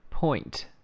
Point